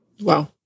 Wow